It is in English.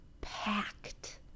Packed